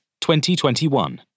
2021